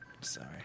Sorry